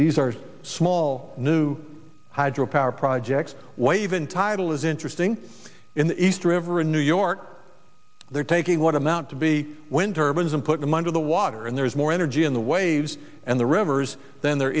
these are small new hydro power projects why even title is interesting in the east river in new york they're taking what amount to be wind turbines and put them under the water and there's more energy in the waves and the rivers then there